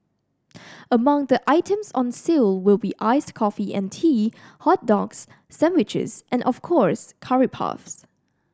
among the items on sale will be iced coffee and tea hot dogs sandwiches and of course curry puffs